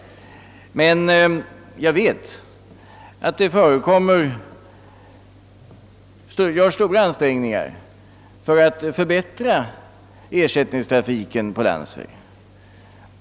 Men jag vet att det görs stora ansträngningar för att förbättra ersättningstrafiken på landsväg.